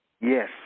Yes